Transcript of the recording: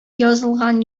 язылган